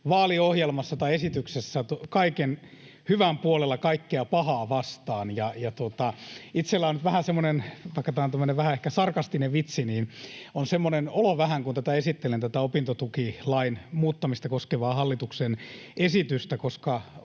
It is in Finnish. vaaliohjelmassa tai esityksessä kaiken hyvän puolella, kaikkea pahaa vastaan. Vaikka tämä on tämmöinen vähän ehkä sarkastinen vitsi, niin itsellä on nyt vähän semmoinen olo, kun esittelen tätä opintotukilain muuttamista koskevaa hallituksen esitystä,